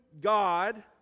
God